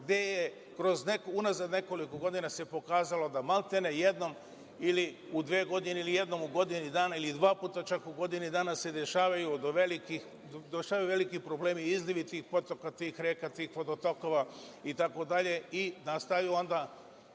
gde se, unazad nekoliko godina, pokazalo da maltene jednom, ili u dve godine, ili jednom u godini dana, ili dva puta čak u godini dana, se dešavaju veliki problemi i izlivi tih potoka, tih reka, tih vodotokova, i onda nastaju velike